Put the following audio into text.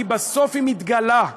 כי בסוף היא מתגלה.